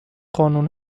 قانون